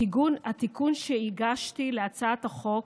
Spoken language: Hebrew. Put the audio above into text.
התיקון שהגשתי להצעת החוק